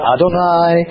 Adonai